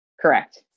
Correct